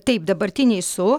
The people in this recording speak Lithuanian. taip dabartiniai su